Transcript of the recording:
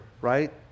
right